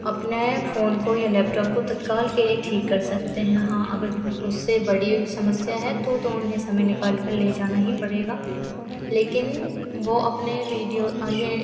अपने फ़ोन को या लैपटॉप को तत्काल के लिए ठीक कर सकते हैं हाँ अगर उससे बड़ी समस्या है तो तो उन्हें समय निकालकर ले जाना ही पड़ेगा लेकिन वह अपने वीडियो यह